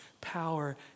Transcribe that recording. power